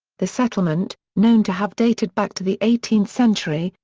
the settlement, known to have dated back to the eighteenth century,